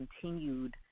continued